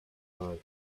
garden